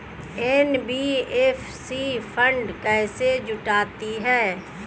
NBFC fund कैसे जुटाती है?